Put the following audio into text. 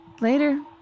later